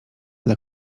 dla